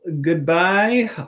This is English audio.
goodbye